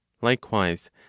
Likewise